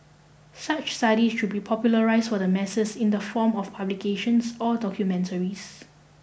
such studies should be popularised for the masses in the form of publications or documentaries